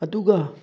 ꯑꯗꯨꯒ